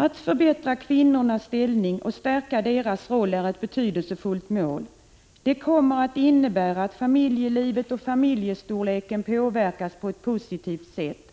Att förbättra kvinnornas ställning och stärka deras roll är ett betydelsefullt mål. Det kommer att innebära att familjelivet och familjestorleken påverkas på ett positivt sätt.